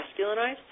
masculinized